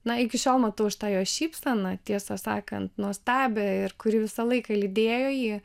na iki šiol matau aš tą jo šypseną tiesą sakant nuostabią ir kuri visą laiką lydėjo jį